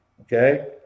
okay